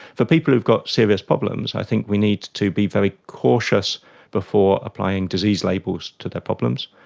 for people who've got serious problems i think we need to be very cautious before applying disease labels to their problems,